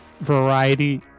variety